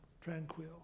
tranquil